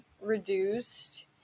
reduced